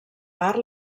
part